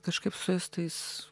kažkaip su estais